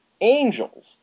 angels